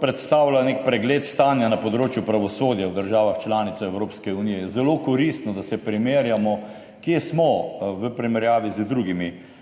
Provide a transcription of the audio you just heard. predstavlja nek pregled stanja na področju pravosodja v državah članicah Evropske unije. Zelo koristno, da se primerjamo, kje smo v primerjavi z drugimi